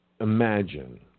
imagine